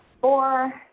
four